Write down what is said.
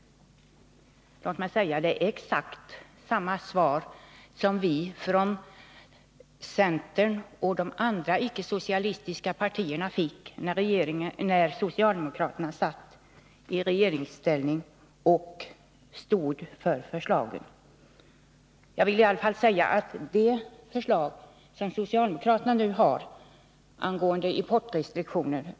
— Det är exakt samma svar som vi från centern och de andra icke-socialistiska partierna fått när socialdemokraterna varit i regeringsställning och stått för förslagen. Jag vill i alla fall säga, att jag inte tror på det förslag som socialdemokraterna nu framlagt om importrestriktioner.